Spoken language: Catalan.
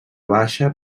baixa